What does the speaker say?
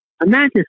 imagine